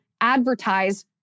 advertise